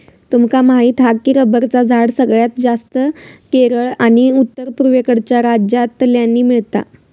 तुमका माहीत हा की रबरचा झाड सगळ्यात जास्तं केरळ आणि उत्तर पुर्वेकडच्या राज्यांतल्यानी मिळता